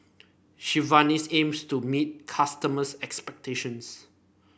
Sigvaris aims to meet customers' expectations